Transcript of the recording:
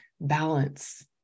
balance